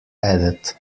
added